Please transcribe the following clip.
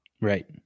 Right